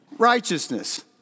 Righteousness